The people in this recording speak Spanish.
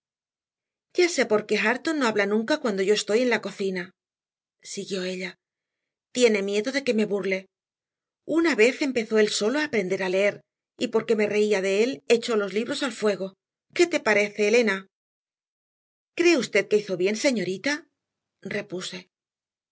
qué hareton no habla nunca cuando yo estoy en la cocina siguió ella tiene miedo de que me burle una vez empezó él solo a aprender a leer y porque me reía de él echó los libros al fuego qué te parece elena cree usted que hizo bien señorita repuse